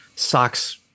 Socks